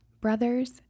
Brothers